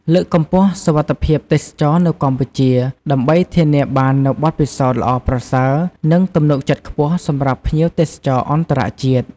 លើកកម្ពស់ សុវត្ថិភាពទេសចរណ៍នៅកម្ពុជា ដើម្បីធានាបាននូវបទពិសោធន៍ល្អប្រសើរ និងទំនុកចិត្តខ្ពស់សម្រាប់ភ្ញៀវទេសចរអន្តរជាតិ។